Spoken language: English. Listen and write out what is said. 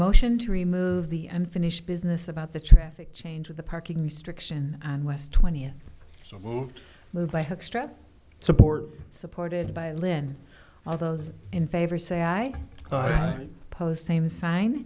motion to remove the and finish business about the traffic change of the parking restriction and west twentieth so move move by hook stretch support supported by lynn all those in favor say i post same sign